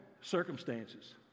circumstances